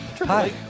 Hi